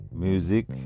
music